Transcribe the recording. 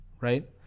right